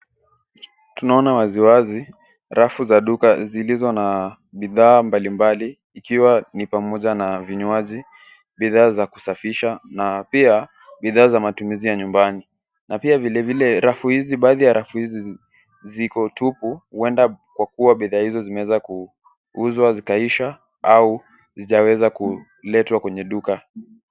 Tuanona wazi wazi rafu za duka zilizo na bidhaa mbalimbali, ikiwa ni pamoja na vinywaji, bidhaa za kusafisha na pia bidhaa za matumizi ya nyumbani. Na pia vile vile baadhi ya rafu hizi ziko tupu huenda kwa kua bidhaa hizo zimeweza kuuzwa zikaisha au hazijaweza kuletwa kwenye duka.